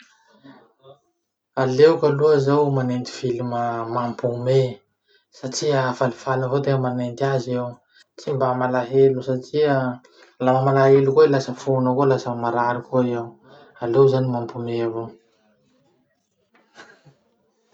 Aleoko aloha zaho manenty film mampihomehy satria falifaly avao tegna manenty azy eo, tsy mba malahelo satria laha malahelo koa iha lasa fonao koa lasa marary koa eo. Aleo zany mampihomehy avao.